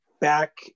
back